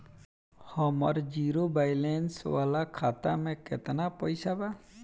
हमार zero balance वाला खाता में केतना पईसा बा?